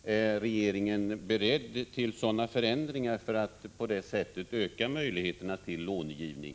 Är regeringen beredd till en sådan förändring för att på det sättet öka möjligheterna till långivning?